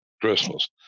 Christmas